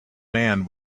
man